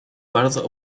bardzo